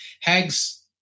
hags